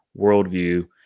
worldview